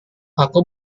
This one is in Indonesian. aku